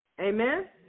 Amen